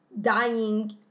dying